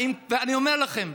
אני אומר לכם,